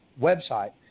website